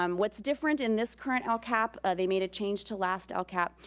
um what's different in this current lcap, ah they made a change to last lcap.